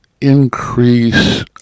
increase